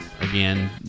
Again